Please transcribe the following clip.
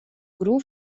grûn